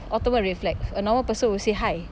ultimate red flags a normal person will say hi